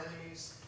enemies